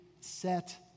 set